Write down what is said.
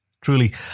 Truly